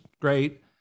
great